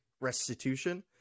restitution